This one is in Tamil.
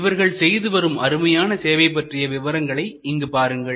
இவர்கள் செய்து வரும் அருமையான சேவை பற்றிய விவரங்களை இங்கு பாருங்கள்